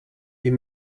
est